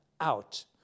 out